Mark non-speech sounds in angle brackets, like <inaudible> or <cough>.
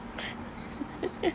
<laughs>